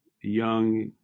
young